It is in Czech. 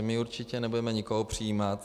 My určitě nebudeme nikoho přijímat.